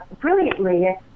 Brilliantly